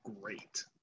great